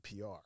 PR